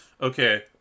Okay